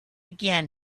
again